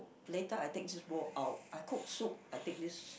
later I take this bowl out I cook soup I take this